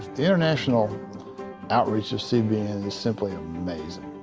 the international outreach of cbn is simply amazing.